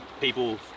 people